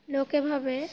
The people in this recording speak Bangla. লোকে ভাবে